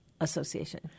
Association